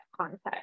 context